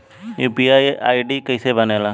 UPI ID कैसे बनेला?